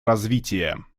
развития